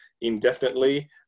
indefinitely